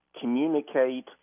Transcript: communicate